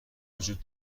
وجود